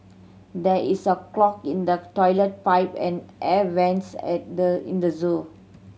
there is a clog in the toilet pipe and air vents at the in the zoo